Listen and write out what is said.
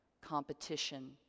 competition